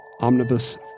omnibus